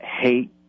hate